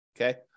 Okay